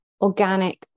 organic